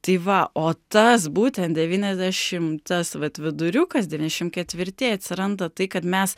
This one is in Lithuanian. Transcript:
tai va o tas būtent devyniasdešim tas vat viduriukas devyniasdešim ketvirti atsiranda tai kad mes